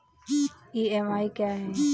EMI क्या है?